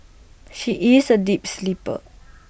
she is A deep sleeper